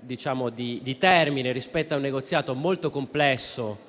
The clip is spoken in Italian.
di termine rispetto a un negoziato molto complesso,